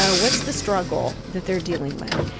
ah what's the struggle that they're dealing with?